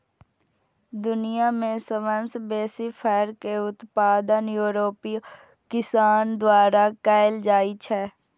दुनिया मे सबसं बेसी फर के उत्पादन यूरोपीय किसान द्वारा कैल जाइ छै